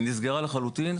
היא נסגרה לחלוטין.